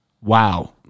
Wow